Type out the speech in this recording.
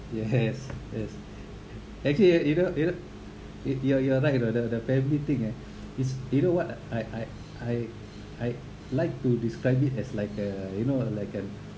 you have have actually either either y~ you are you are right you know the the the family thing eh it's you know what I I I I like to describe it as like uh you know like uh